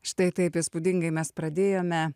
štai taip įspūdingai mes pradėjome